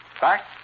back